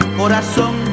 corazón